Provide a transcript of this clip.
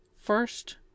First